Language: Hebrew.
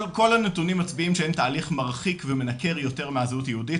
כל הנתונים מצביעים שאין תהליך מרחיק ומנכר יותר מהזהות היהודית,